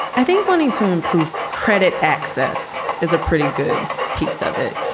i think wanting to improve credit access is a pretty good piece of it.